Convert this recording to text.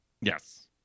Yes